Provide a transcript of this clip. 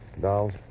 dolls